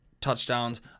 touchdowns